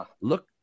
Look